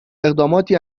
اقداماتی